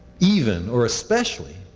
even, or specially,